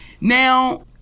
Now